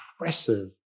impressive